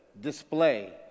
display